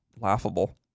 laughable